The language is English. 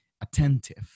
attentive